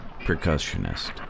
percussionist